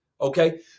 okay